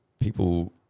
people